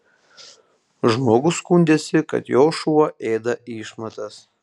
žmogus skundėsi kad jo šuo ėda išmatas